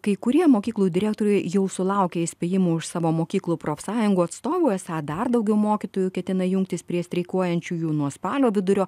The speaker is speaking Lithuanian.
kai kurie mokyklų direktoriai jau sulaukė įspėjimų iš savo mokyklų profsąjungų atstovų esą dar daugiau mokytojų ketina jungtis prie streikuojančiųjų nuo spalio vidurio